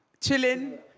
Chilling